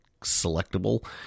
selectable